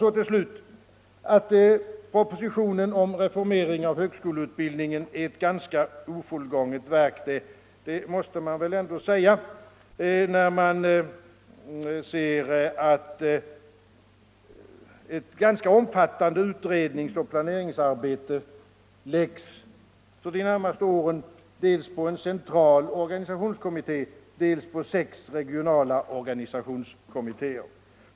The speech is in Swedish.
När man ser att ett tämligen omfattande utredningsoch planeringsarbete för de närmaste åren läggs dels på en central organisationskommitté, dels på sex regionala organisationskommittéer måsteman säga att propositionen om reformering av högskoleutbildningen är ett ganska ofullgånget verk.